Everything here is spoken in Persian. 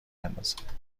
اندازد